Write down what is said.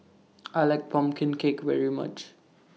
I like Pumpkin Cake very much